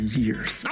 years